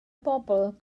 bobl